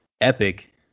Epic